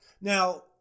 Now